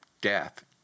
death